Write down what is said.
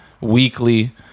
weekly